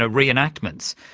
ah re-enactments.